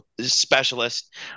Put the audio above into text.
specialist